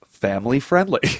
Family-friendly